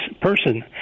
person